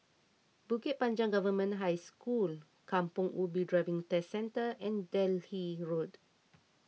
Bukit Panjang Government High School Kampong Ubi Driving Test Centre and Delhi Road